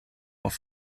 auf